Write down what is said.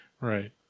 right